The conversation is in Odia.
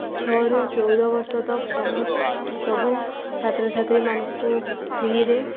ଛଅରୁ ଚଉଦ ବର୍ଷ ତକ୍ ସମ ସବୁ ଛାତ୍ରଛାତ୍ରୀମାନଙ୍କୁ ଫ୍ରୀରେ